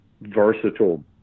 versatile